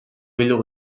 bildu